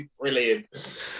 brilliant